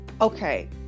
Okay